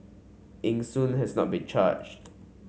Eng Soon has not been charged